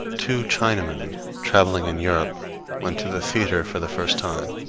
two chinamen traveling in europe went to the theatre for the first time.